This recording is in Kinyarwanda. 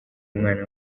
umwana